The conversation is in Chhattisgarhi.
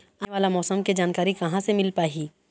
आने वाला मौसम के जानकारी कहां से मिल पाही?